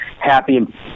happy –